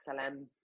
XLM